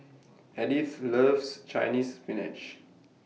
Edythe loves Chinese Spinach